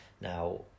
Now